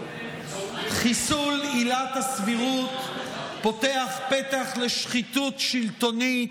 חיסול עילת הסבירות פותח פתח לשחיתות שלטונית,